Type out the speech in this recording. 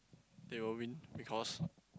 they will win because